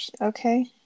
Okay